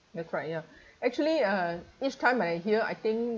that's right ya actually uh each time I hear I think